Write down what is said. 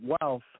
wealth